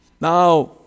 Now